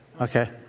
Okay